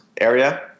area